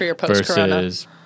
versus